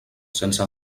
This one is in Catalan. sense